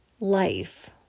life